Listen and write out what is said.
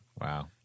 Wow